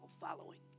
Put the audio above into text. following